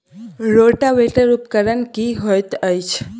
Rotavator उपकरण की हएत अछि?